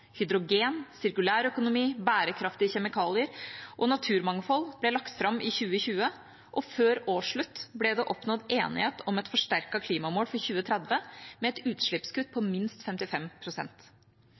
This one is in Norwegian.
hydrogen, sirkulær økonomi, bærekraftige kjemikalier og naturmangfold ble lagt fram i 2020, og før årsslutt ble det oppnådd enighet om et forsterket klimamål for 2030 med et utslippskutt på